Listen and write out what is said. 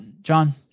John